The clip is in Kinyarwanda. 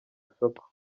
isoko